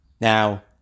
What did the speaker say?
Now